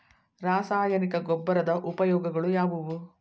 ರಾಸಾಯನಿಕ ಗೊಬ್ಬರದ ಉಪಯೋಗಗಳು ಯಾವುವು?